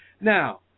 now